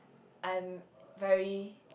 I'm very